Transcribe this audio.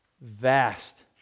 vast